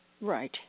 Right